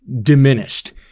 diminished